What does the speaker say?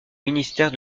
ministère